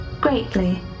greatly